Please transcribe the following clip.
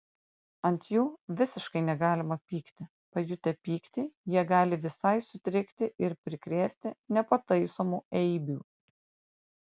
ant jų visiškai negalima pykti pajutę pyktį jie gali visai sutrikti ir prikrėsti nepataisomų eibių